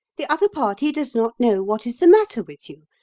the other party does not know what is the matter with you,